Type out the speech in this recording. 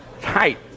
Tight